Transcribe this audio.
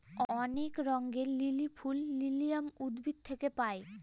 অনেক রঙের লিলি ফুল লিলিয়াম উদ্ভিদ থেকে পায়